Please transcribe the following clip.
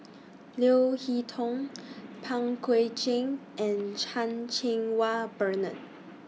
Leo Hee Tong Pang Guek Cheng and Chan Cheng Wah Bernard